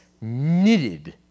knitted